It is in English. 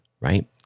right